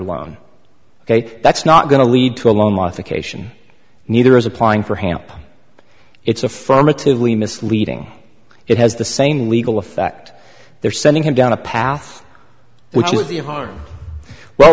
ok that's not going to lead to a loan modification neither is applying for hamp it's affirmatively misleading it has the same legal effect they're sending him down a path which is at the heart well